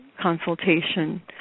consultation